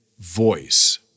voice